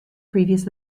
previous